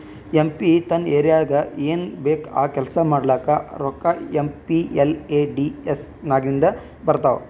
M P ತನ್ ಏರಿಯಾಗ್ ಏನ್ ಬೇಕ್ ಆ ಕೆಲ್ಸಾ ಮಾಡ್ಲಾಕ ರೋಕ್ಕಾ ಏಮ್.ಪಿ.ಎಲ್.ಎ.ಡಿ.ಎಸ್ ನಾಗಿಂದೆ ಬರ್ತಾವ್